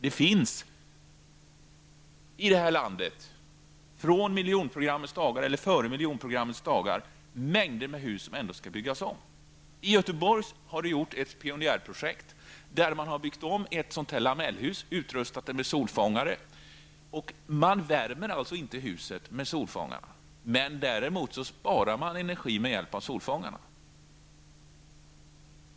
Det finns i det här landet från tiden före miljonprogrammets dagar en mängd hus som ändå skall byggas om. I Göteborg har det gjorts ett pionjärprojekt, där man har byggt om ett av dessa lamellhus och utrustat det med solfångare. Man värmer alltså inte huset med solfångare, däremot sparar man energi med hjälp av solfångare.